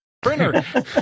Printer